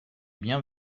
bien